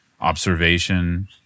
observation